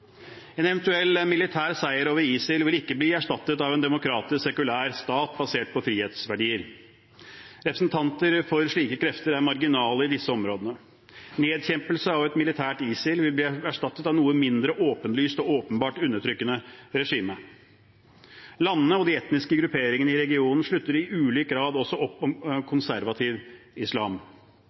En eventuell militær seier over ISIL vil ikke bli erstattet av en demokratisk, sekulær stat basert på frihetsverdier. Representanter for slike krefter er marginale i disse områdene. Nedkjempelse av et militært ISIL vil bli erstattet av et noe mindre åpenlyst og åpenbart undertrykkende regime. Landene og de etniske grupperingene i regionen slutter i ulik grad også opp om konservativ islam.